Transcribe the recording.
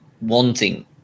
wanting